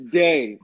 day